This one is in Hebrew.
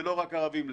ולא רק ערבים לצערי.